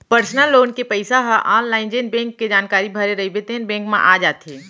personal loan के पइसा ह आनलाइन जेन बेंक के जानकारी भरे रइबे तेने म आ जाथे